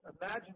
imagine